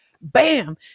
Bam